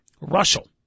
Russell